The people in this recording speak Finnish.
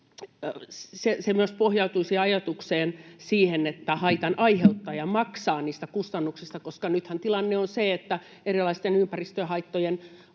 se myös pohjautuisi ajatukseen, että haitan aiheuttaja maksaa kustannuksista. Nythän tilanne on se, että erilaisten ympäristöhaittojen